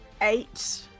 eight